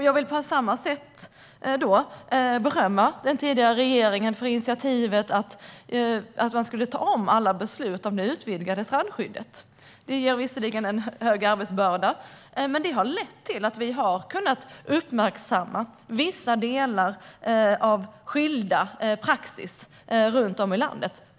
Jag vill på samma sätt berömma den tidigare regeringen för initiativet att ta om alla beslut om det utvidgade strandskyddet. Det ger visserligen en stor arbetsbörda, men det har lett till att vi har kunnat uppmärksamma vissa delar av skild praxis runt om i landet.